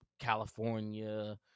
California